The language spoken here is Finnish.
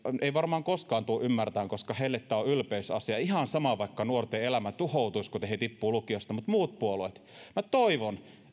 ei varmaan koskaan tule ymmärtämään koska heille tämä on ylpeysasia ihan sama vaikka nuorten elämä tuhoutuisi kun he tippuvat lukiosta mutta muut puolueet minä toivon